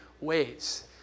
ways